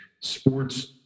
sports